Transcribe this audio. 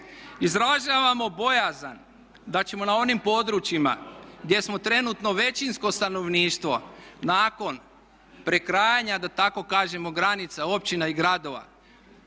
Izražavamo bojazan da ćemo na onim područjima gdje smo trenutno većinsko stanovništvo nakon prekrajanja da tako kažemo granica, općina i gradova,